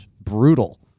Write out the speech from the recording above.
brutal